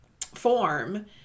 form